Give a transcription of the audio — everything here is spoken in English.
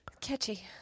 Catchy